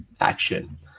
action